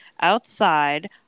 outside